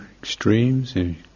extremes